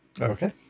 Okay